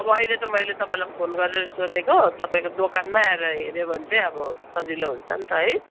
अब अहिले त मैले तपाईँलाई फोन गरेर सोधेको तपाईँको दोकानमै आएर हेऱ्यो भने चाहिँ अब सजिलो हुन्छ नि त है